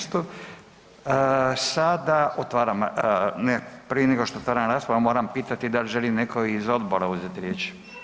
Sada otvaram, ne prije nego što otvorim raspravu moram pitati da li neko iz odbora uzeti riječ?